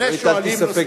שני שואלים נוספים.